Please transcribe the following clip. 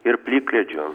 ir plikledžio